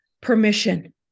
permission